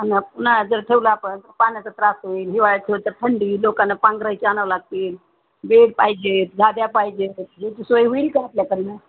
अन उन्हाळ्यात जर ठेवला आपण पाण्याचा त्रास होईल हिवाळ्यात ठेवल तर थंडी लोकांना पांघरायची आणावी लागतील बेड पाहिजेत गाद्या पाहिजेत ज सोय होईल का आपल्याकडे